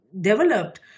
developed